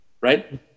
right